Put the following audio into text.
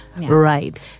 right